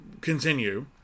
continue